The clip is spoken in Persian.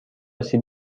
سیب